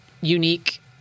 unique